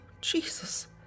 Jesus